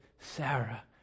Sarah